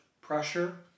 pressure